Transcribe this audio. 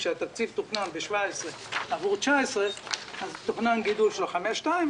כאשר התקציב תוכנן ב-2017 עבור 2019 אז תוכנן גידול של 5.2%,